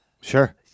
Sure